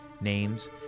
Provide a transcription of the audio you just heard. Names